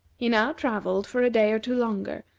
he now travelled for a day or two longer,